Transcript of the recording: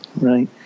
right